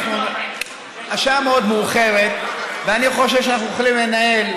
השעה מאוד מאוחרת ואני חושב שאנחנו יכולים לנהל,